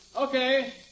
Okay